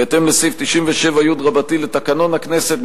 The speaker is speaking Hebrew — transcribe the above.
בהתאם לסעיף 97י לתקנון הכנסת,